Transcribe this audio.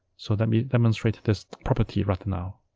so let me demonstrate this property right now.